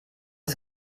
ist